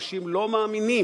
אנשים לא מאמינים,